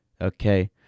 Okay